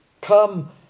Come